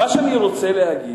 מה שאני רוצה להגיד,